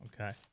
Okay